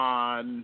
on